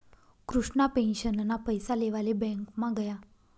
कृष्णा पेंशनना पैसा लेवाले ब्यांकमा गया